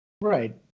Right